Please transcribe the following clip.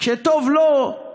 כשטוב לו,